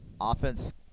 Offense